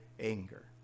anger